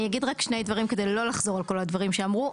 אגיד רק שני דברים כדי לא לחזור על כל הדברים שאמרו,